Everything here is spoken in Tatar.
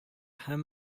һәм